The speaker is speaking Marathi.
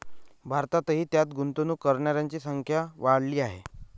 भारतातही त्यात गुंतवणूक करणाऱ्यांची संख्या वाढली आहे